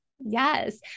Yes